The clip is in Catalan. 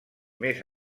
més